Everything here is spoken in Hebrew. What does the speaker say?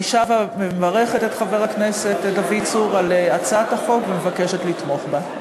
אני שבה ומברכת את חבר הכנסת דוד צור על הצעת החוק ומבקשת לתמוך בה.